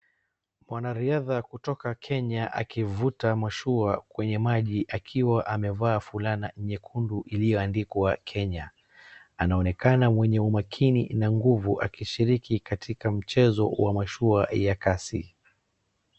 mwanariadha kutoka Kenya akivuta mashua kwenye maji akiwa amevaa fulana nyekundu iliyoandikwa Kenya. Anaonekana mwenye umakini na nguvu akishiriki katika mchezo wa mashua ya kasi.